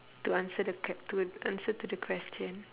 to answer the que~ to answer to the question